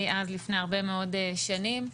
לפני הרבה מאוד שנים.